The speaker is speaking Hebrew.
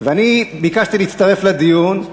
ואני ביקשתי להצטרף לדיון.